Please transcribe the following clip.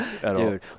Dude